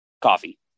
Coffee